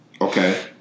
Okay